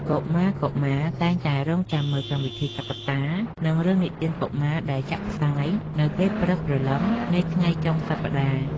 កុមារៗតែងតែរង់ចាំមើលកម្មវិធីតុក្កតា និងរឿងនិទានកុមារដែលចាក់ផ្សាយនៅពេលព្រឹកព្រលឹមនៃថ្ងៃចុងសប្តាហ៍។